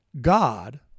God